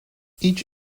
each